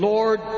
Lord